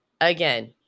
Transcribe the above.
Again